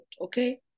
okay